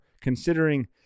considering